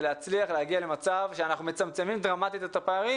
להצליח להגיע למצב שאנחנו מצמצמים דרמטית את הפערים,